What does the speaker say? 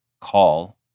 call